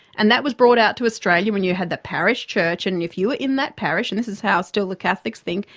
and that was brought out to australia and you had the parish church and if you were in that parish, and this is how still the catholics think,